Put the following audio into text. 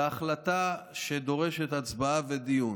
להחלטה שדורשת הצבעה ודיון.